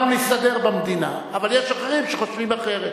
אנחנו נסתדר במדינה, אבל יש אחרים שחושבים אחרת.